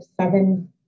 seven